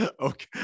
Okay